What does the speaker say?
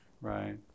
Right